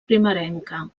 primerenca